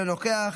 אינו נוכח,